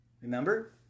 Remember